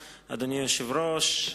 היושב-ראש,